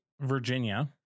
Virginia